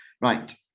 Right